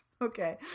Okay